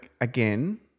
again